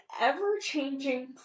ever-changing